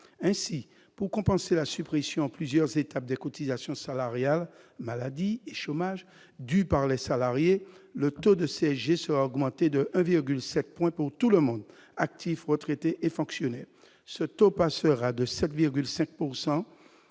ainsi pour compenser la suppression en plusieurs étapes des cotisations salariales maladie et chômage due par les salariés, le taux de CSG sera augmenté de 1,7 point pour tout le monde, actifs, retraités et fonctionnaires ce taux passera de 7,7